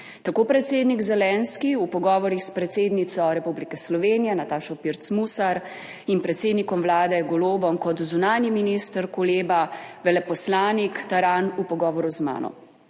tako predsednik Zelenski v pogovorih s predsednico Republike Slovenije Natašo Pirc Musar in predsednikom vlade Golobom, kot zunanji minister Koleba, veleposlanik Taran v pogovoru z mano.